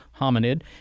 hominid